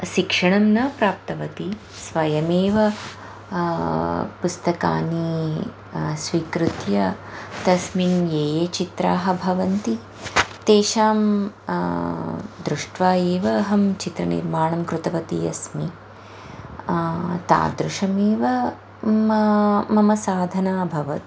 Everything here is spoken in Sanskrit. शिक्षणं न प्राप्तवती स्वयमेव पुस्तकानि स्वीकृत्य तस्मिन् ये ये चित्राणि भवन्ति तेषां दृष्ट्वा एव अहं चित्रनिर्माणं कृतवती अस्मि तादृशमेव मम साधना अभवत्